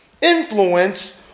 influence